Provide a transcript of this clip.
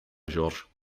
georges